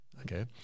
okay